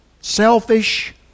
selfish